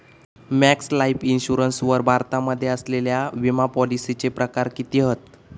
Max Life Insurance वर भारतामध्ये असलेल्या विमापॉलिसीचे प्रकार किती हत?